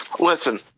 Listen